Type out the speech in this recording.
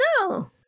no